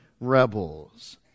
rebels